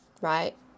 right